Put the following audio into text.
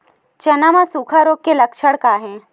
चना म सुखा रोग के लक्षण का हे?